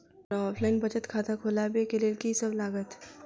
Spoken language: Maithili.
हमरा ऑफलाइन बचत खाता खोलाबै केँ लेल की सब लागत?